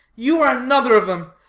you are another of them.